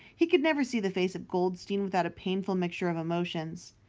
he could never see the face of goldstein without a painful mixture of emotions.